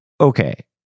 Okay